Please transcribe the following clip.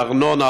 בארנונה,